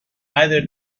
either